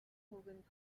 үгэнд